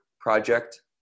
project